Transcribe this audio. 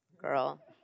girl